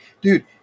dude